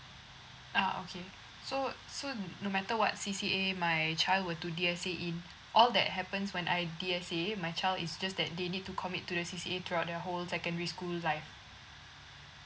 ah okay so so no matter what C_C_A my child were to D_S_A in all that happens when I D_S_A my child is just that they need to commit to the C_C_A throughout their whole secondary school life